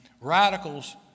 radicals